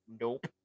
Nope